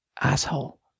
Asshole